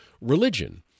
religion